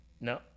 No